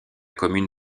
commune